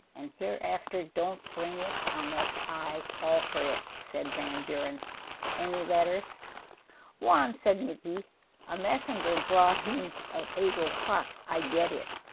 and hereafter don't bring it unless i call for it said van duren any letters juan said nikki a messenger brought him at eight o clock i get it